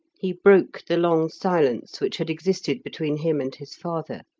he broke the long silence which had existed between him and his father.